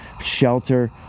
shelter